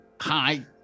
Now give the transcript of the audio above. Hi